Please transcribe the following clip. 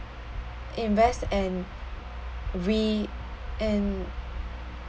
invest and re~ and